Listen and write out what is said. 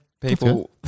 People